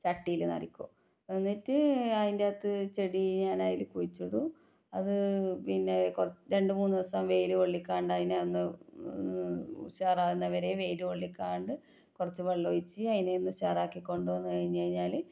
ചട്ടിയിൽ നിറക്കും എന്നിട്ട് അതിന്റകത്ത് ചെടി ഞാനതിൽ കുഴിച്ചിടും അത് പിന്നെ കുറെ രണ്ട് മൂന്ന് ദിവസം വെയിൽ കൊള്ളിക്കാണ്ട് അതിനെ ഒന്ന് ഉഷാറാകുന്ന വരെ വെയിൽ കൊള്ളിക്കാണ്ട് കുറച്ച് വെള്ളം ഒഴിച്ച് അതിനെയോന്ന് ഉഷാറാക്കി കൊണ്ട് വന്ന് കഴിഞ്ഞ് കഴിഞ്ഞാൽ